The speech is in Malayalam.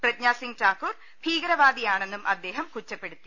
പ്രജ്ഞാ സിംഗ് ഠാക്കൂർ ഭീകരവാദിയാണെന്നും അദ്ദേഹം കുറ്റ പ്പെടുത്തി